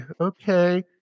okay